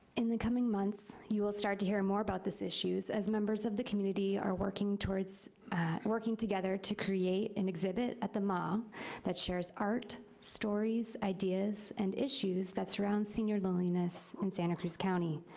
in the coming months, you will start to hear more about this issues as members of the community are working towards working together to create an exhibit at the mall that shares art, stories, ideas, and issues that surround senior loneliness in santa cruz county.